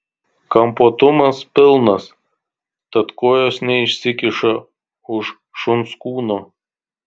kampuotumas pilnas tad kojos neišsikiša už šuns kūno